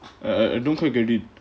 I I I don't quite get it